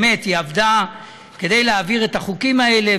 באמת היא עבדה כדי להעביר את החוקים האלה,